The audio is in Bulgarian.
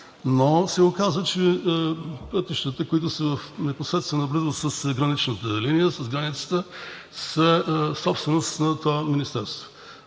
но се оказа, че пътищата, които са в непосредствена близост с граничната линия, с границата са собственост на това министерство.